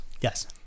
yes